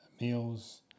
meals